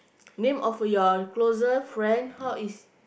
name of your closest friend how is